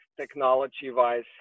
technology-wise